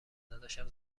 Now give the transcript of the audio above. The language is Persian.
داداشم